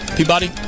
Peabody